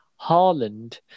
Haaland